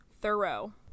thorough